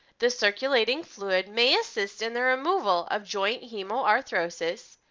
this circulating fluid may assist in the removal of joint hemarthrosis,